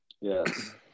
Yes